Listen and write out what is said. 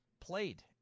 played